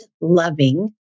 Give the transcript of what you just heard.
loving